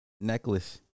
necklace